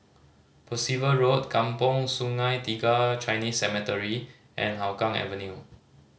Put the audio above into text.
Percival Road Kampong Sungai Tiga Chinese Cemetery and Hougang Avenue